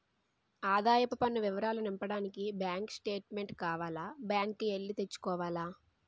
ఆదాయపు పన్ను వివరాలు నింపడానికి బ్యాంకు స్టేట్మెంటు కావాల బ్యాంకు కి ఎల్లి తెచ్చుకోవాల